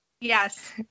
Yes